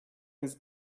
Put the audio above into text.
his